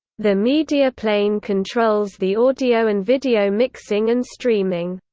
the media plane controls the audio and video mixing and streaming.